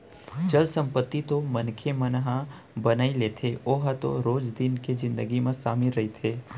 चल संपत्ति तो मनखे मन ह बनाई लेथे ओ तो रोज दिन के जिनगी म सामिल रहिथे